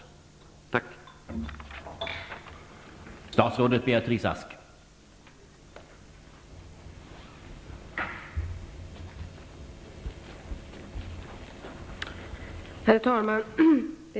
Tack!